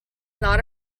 not